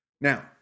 Now